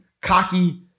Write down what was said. cocky